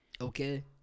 Okay